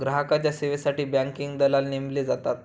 ग्राहकांच्या सेवेसाठी बँकिंग दलाल नेमले जातात